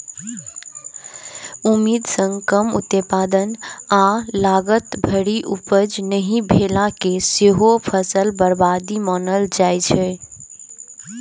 उम्मीद सं कम उत्पादन आ लागत भरि उपज नहि भेला कें सेहो फसल बर्बादी मानल जाइ छै